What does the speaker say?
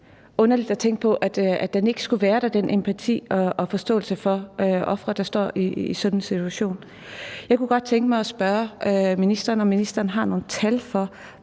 underligt at tænke på, at der ikke skulle være den empati og forståelse for ofre, der står i sådan en situation. Jeg kunne godt tænke mig at spørge ministeren, om ministeren har nogle tal for,